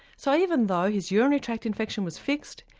so even though his urinary tract infection was fixed,